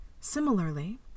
Similarly